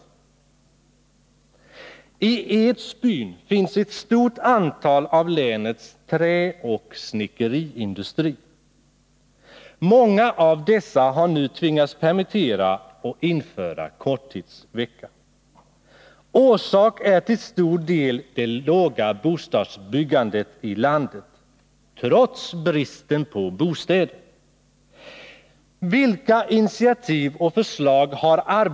I Edsbyn finns ett stort antal av länets träoch snickeriindustrier. Många av dessa har nu tvingats permittera och införa korttidsvecka. Orsak är till stor del det låga bostadsbyggandet i landet — trots bristen på bostäder.